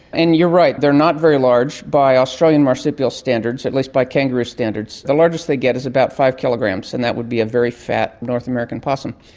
and you're right, they're not very large by australian marsupial standards, at least by kangaroo standards. the largest they get is about five kilograms, and that would be a very fat north american possum.